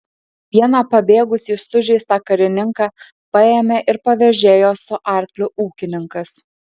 vieną pabėgusį sužeistą karininką paėmė ir pavėžėjo su arkliu ūkininkas